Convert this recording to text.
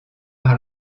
par